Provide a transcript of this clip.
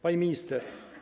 Pani Minister!